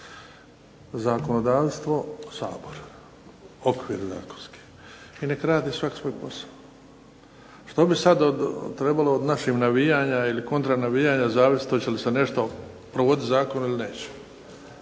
Zakonodavstvo Sabor, okvir zakonski i nek' radi svak svoj posao. Što bi sad trebalo od naših navijanja ili kontra navijanja zavisiti hoće li se nešto provoditi zakoni ili neće.